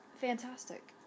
fantastic